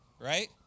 right